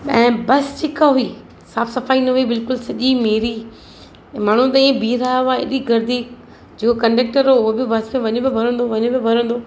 ऐं बस जेका हुई साफ़ु सफ़ाई न हुई बिल्कुलु सॼी मेरी ऐं माण्हू त इअं बिही रहिया हुआ एॾी गर्दी जो कंडेक्टर हुओ उहो बि बस में वञे पियो भरंदो वञे पियो भरंदो